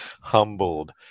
humbled